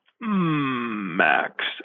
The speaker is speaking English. Max